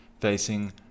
facing